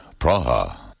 Praha